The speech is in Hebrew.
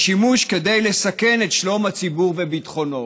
"שיש בו כדי לסכן את שלום הציבור וביטחונו".